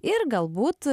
ir galbūt